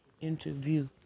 interview